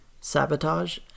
Sabotage